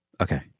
Okay